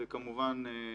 וכמובן,